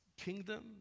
kingdom